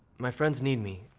my friends need me.